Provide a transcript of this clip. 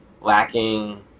lacking